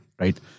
Right